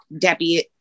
Debbie